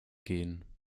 gehen